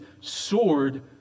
sword